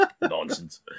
Nonsense